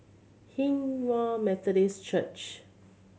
Hinghwa Methodist Church